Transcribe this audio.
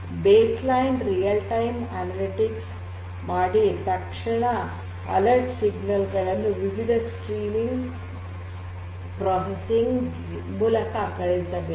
base line real time analytics ಮಾಡಿ ತಕ್ಷಣ ಎಚ್ಚರಿಕೆ ಸಿಗ್ನಲ್ ಗಳನ್ನು ವಿವಿಧ ಸ್ಟ್ರೀಮ್ ಪ್ರೊಸೆಸಿಂಗ್ ಮೂಲಕ ಕಳುಹಿಸಬೇಕು